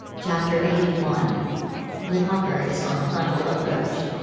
chapter eighty one the hawker is on final approach.